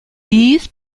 dies